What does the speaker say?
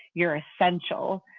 you're essential.